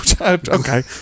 Okay